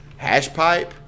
Hashpipe